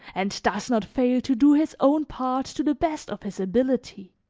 and does not fail to do his own part to the best of his ability.